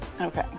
okay